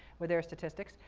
with their statistics,